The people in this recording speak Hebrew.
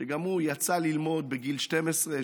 שגם הוא יצא ללמוד בגיל 12,